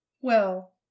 well—